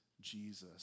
Jesus